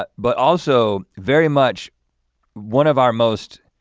but but also very much one of our most,